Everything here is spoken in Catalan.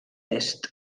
est